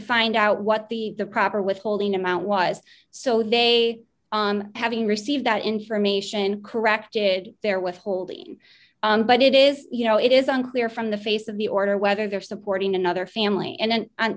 find out what the proper withholding amount was so they having received that information corrected their withholding but it is you know it is unclear from the face of the order whether they're supporting another family and then